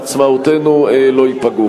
אני לא אומר שהמשטרה,